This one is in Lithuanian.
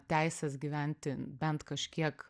teises gyventi bent kažkiek